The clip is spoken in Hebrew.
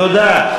תודה.